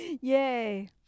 Yay